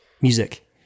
Music